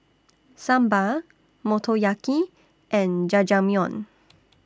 Sambar Motoyaki and Jajangmyeon